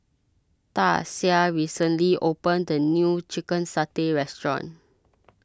Dasia recently opened a new Chicken Satay restaurant